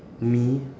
me